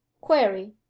query